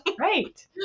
Right